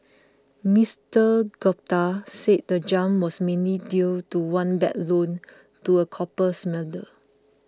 Mister Gupta said the jump was mainly due to one bad loan to a copper smelter